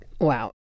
Wow